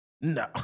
No